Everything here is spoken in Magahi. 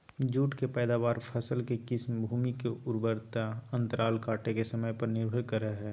जुट के पैदावार, फसल के किस्म, भूमि के उर्वरता अंतराल काटे के समय पर निर्भर करई हई